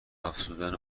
افزودن